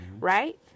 Right